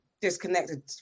disconnected